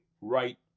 right